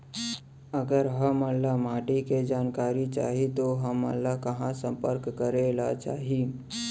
अगर हमन ला माटी के जानकारी चाही तो हमन ला कहाँ संपर्क करे ला चाही?